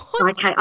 Okay